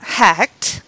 hacked